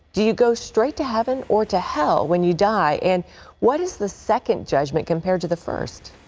do you go straight to heaven or to hell when you die? and what is the second judgment compared to the first?